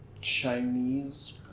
Chinese